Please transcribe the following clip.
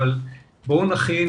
אבל בואו נכין